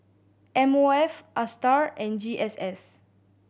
M O F Astar and G S S